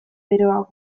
beroago